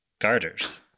Garters